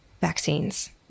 vaccines